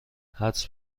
حدس